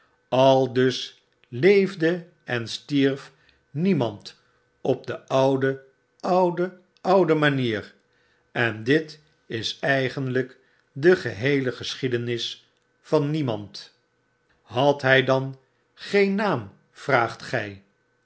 aldus leefde en stierf memand op de oude oude oude manier en dit is eigenlyk de geheele geschiedenis van niemand had hij dan geen naam vraagt gjjp